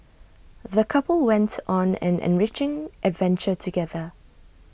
the couple went on an enriching adventure together